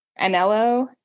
Anello